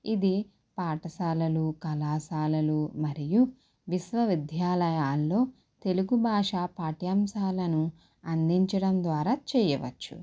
ఇది పాఠశాలలు కళాశాలలు మరియు విశ్వవిద్యాలయాల్లో తెలుగుభాష పాఠ్యాంశాలను అందించడం ద్వారా చేయవచ్చు